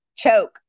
choke